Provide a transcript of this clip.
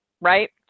right